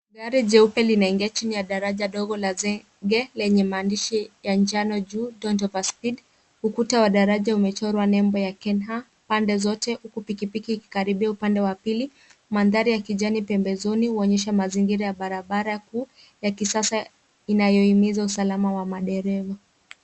Gari jeupe linaingia chini ya daraja dogo laz zege lenye maandishi ya njano juu don't over speed . Ukuta wa daraja umechorwa nembo ya Kenha pande zote huku pikipiki ikikaribia upande wa pili. Mandhari ya kijani pembezoni uonyesha mazingira ya barabara kuu ya kisasa inayohimiza usalama wa madereva.